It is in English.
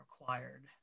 required